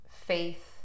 faith